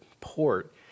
port